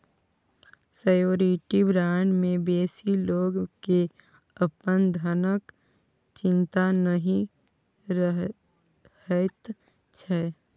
surety bond मे बेसी लोक केँ अपन धनक चिंता नहि रहैत छै